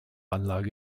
anlage